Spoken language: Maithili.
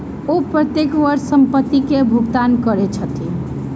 ओ प्रत्येक वर्ष संपत्ति कर के भुगतान करै छथि